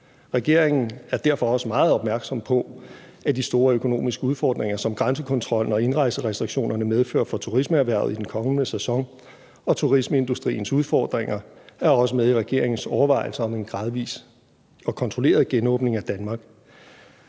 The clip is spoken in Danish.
Regeringen er derfor også meget opmærksom på de store økonomiske udfordringer, som grænsekontrollen og indrejserestriktionerne medfører for turismeerhvervet i den kommende sæson, og turismeindustriens udfordringer er også med i regeringens overvejelser om en gradvis og kontrolleret genåbning af Danmark.